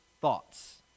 thoughts